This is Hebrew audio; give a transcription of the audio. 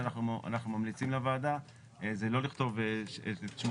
אנחנו ממליצים לוועדה לא לכתוב את שמו